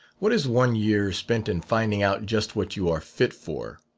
what is one year spent in finding out just what you are fit for?